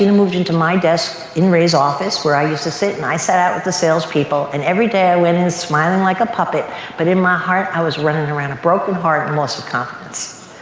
you know moved into my desk in ray's office where i used to sit and i sat out with the salespeople and every day i went in smiling like a puppet but in my heart i was running around broken heart and loss of confidence.